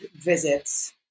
visits